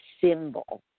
symbol